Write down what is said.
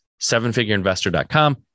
sevenfigureinvestor.com